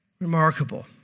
Remarkable